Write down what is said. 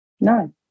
No